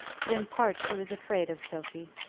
but in part she was afraid of sophie.